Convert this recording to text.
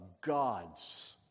God's